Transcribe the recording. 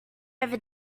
over